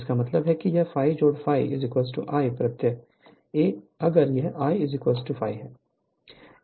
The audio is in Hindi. इसका मतलब है कि ∅∅ I प्रत्यय a if I ∅